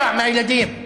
רבע מהילדים.